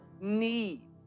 need